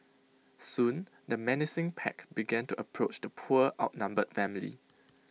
soon the menacing pack began to approach the poor outnumbered family